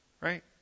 right